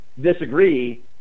disagree